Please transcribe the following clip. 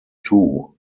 two